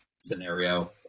scenario